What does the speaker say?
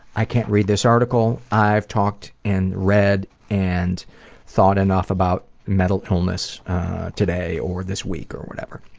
i can't read this article. i've talked and read and thought enough about mental illness today or this week or whatever.